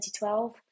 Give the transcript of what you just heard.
2012